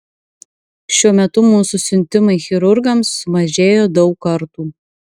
šiuo metu mūsų siuntimai chirurgams sumažėjo daug kartų